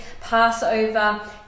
Passover